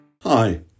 Hi